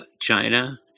China